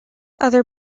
other